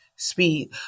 Speed